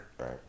right